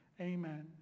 Amen